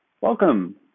welcome